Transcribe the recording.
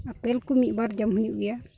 apple ᱠᱚ ᱢᱤᱫ ᱵᱟᱨ ᱡᱚᱢ ᱦᱩᱭᱩᱜ ᱜᱮᱭᱟ